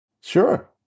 Sure